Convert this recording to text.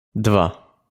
два